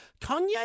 Kanye